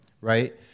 right